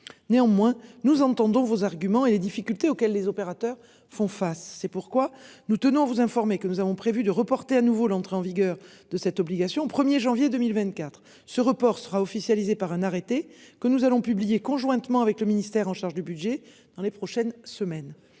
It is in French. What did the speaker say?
Néanmoins, nous entendons vos arguments et les difficultés auxquelles les opérateurs font face. C'est pourquoi nous tenons à vous informer que nous avons prévu de reporter à nouveau l'entrée en vigueur de cette obligation au 1er janvier 2024. Ce report sera officialisée par un arrêté que nous allons publier conjointement avec le ministère en charge du budget dans les prochaines semaines,